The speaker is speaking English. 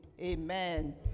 Amen